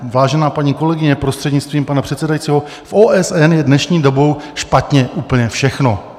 Vážená paní kolegyně, prostřednictvím pana předsedajícího, v OSN je dnešní dobou špatně úplně všechno.